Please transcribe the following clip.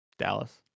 Dallas